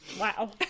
Wow